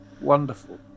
wonderful